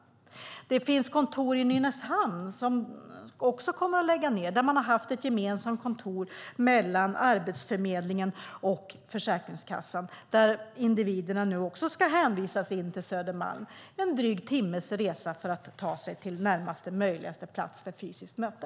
I Nynäshamn har man haft ett gemensamt kontor för Arbetsförmedlingen och Försäkringskassan. Det ska nu läggas ned och individerna hänvisas till Södermalm. Det är en dryg timmes resa till närmaste möjliga plats för ett fysiskt möte.